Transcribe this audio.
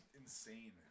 insane